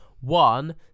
One